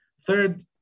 Third